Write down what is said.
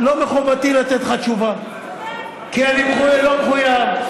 לא מחובתי לתת לך תשובה, כי אני לא מחויב.